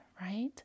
right